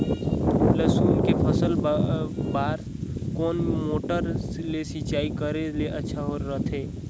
लसुन के फसल बार कोन मोटर ले सिंचाई करे ले अच्छा रथे?